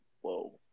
Whoa